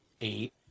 eight